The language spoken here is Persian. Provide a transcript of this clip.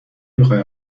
میخای